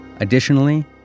Additionally